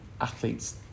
athletes